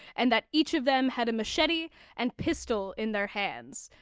and that each of them had a machete and pistol in their hands.